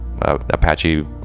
apache